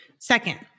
Second